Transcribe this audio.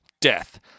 death